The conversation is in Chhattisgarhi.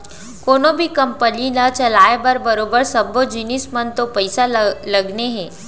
कोनों भी कंपनी ल चलाय म बरोबर सब्बो जिनिस म तो पइसा लगने हे